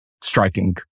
striking